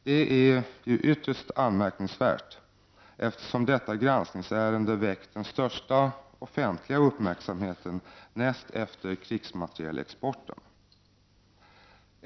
Det är ytterst anmärkningsvärt, eftersom detta granskningsärende väckt den största offentliga uppmärksamheten näst efter krigsmaterielexportfrågan.